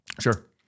Sure